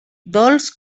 dolç